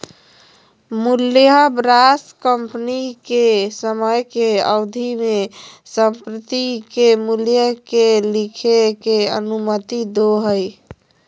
मूल्यह्रास कंपनी के समय के अवधि में संपत्ति के मूल्य के लिखे के अनुमति दो हइ